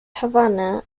havana